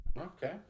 Okay